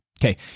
Okay